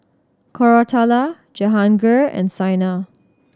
Koratala Jehangirr and Saina